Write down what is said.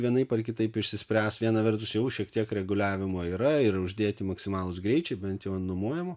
vienaip ar kitaip išsispręs viena vertus jau šiek tiek reguliavimo yra ir uždėti maksimalūs greičiai bent jau ant numojamų